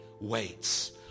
waits